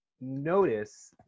notice